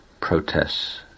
protests